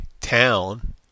town